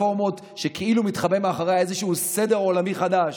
כאילו מתחבא מאחוריה איזשהו סדר עולמי חדש,